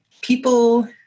people